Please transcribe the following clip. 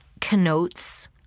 connotes